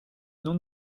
nom